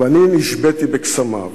ואני נשביתי בקסמיו,